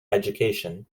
education